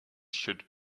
should